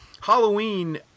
Halloween